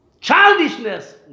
Childishness